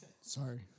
sorry